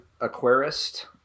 aquarist